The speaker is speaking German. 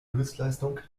höchstleistung